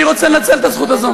אני רוצה לנצל את הזכות הזאת.